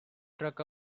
struck